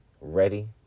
ready